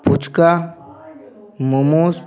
fuchka momos